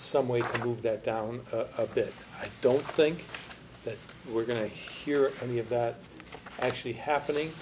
some way that down a bit i don't think that we're going to hear any of that actually happening